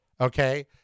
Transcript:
okay